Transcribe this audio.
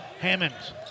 Hammonds